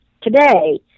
today